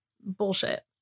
bullshit